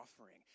offering